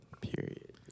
Period